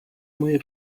moje